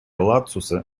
ладсуса